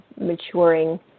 maturing